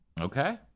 Okay